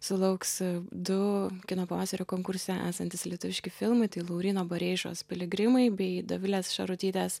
sulauks du kino pavasario konkurse esantys lietuviški filmai tai lauryno bareišos piligrimai bei dovilės šarutytės